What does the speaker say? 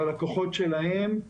ללקוחות שלהם,